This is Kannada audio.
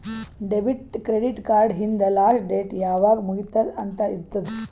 ಡೆಬಿಟ್, ಕ್ರೆಡಿಟ್ ಕಾರ್ಡ್ ಹಿಂದ್ ಲಾಸ್ಟ್ ಡೇಟ್ ಯಾವಾಗ್ ಮುಗಿತ್ತುದ್ ಅಂತ್ ಇರ್ತುದ್